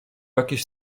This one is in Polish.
jakieś